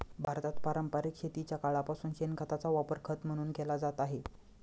भारतात पारंपरिक शेतीच्या काळापासून शेणखताचा वापर खत म्हणून केला जात आहे